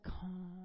calm